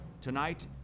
Tonight